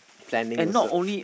planning also